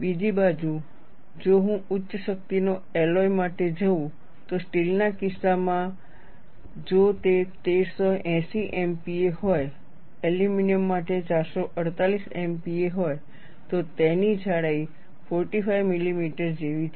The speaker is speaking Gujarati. બીજી બાજુ જો હું ઉચ્ચ શક્તિના એલોય માટે જઉં તો સ્ટીલના કિસ્સામાં જો તે 1380 MPa હોય એલ્યુમિનિયમ માટે 448 MPa હોય તો તેની જાડાઈ 45 મિલીમીટર જેવી છે